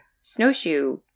snowshoe